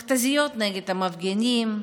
מכת"זיות נגד המפגינים,